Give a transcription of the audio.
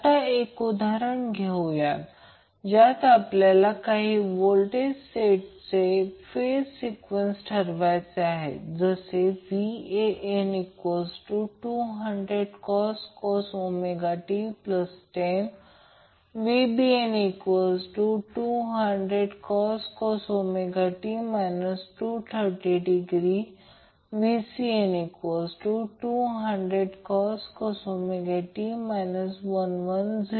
आता एक उदाहरण घेऊया ज्यात आपल्याला काही व्होल्टेज सेटचे फेज सिक्वेन्स ठरवायचे आहेत जसे van200cos ωt10 vbn200cos ωt 230 vcn200cos ωt 110